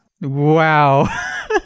Wow